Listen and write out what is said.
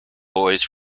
boys